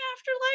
afterlife